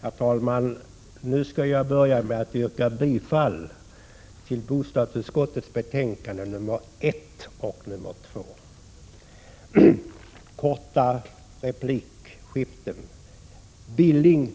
Herr talman! Nu skall jag börja med att yrka bifall till bostadsutskottets hemställan i betänkandena 1 och 2. Sedan vill jag ge några korta repliker. Knut Billing